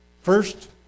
First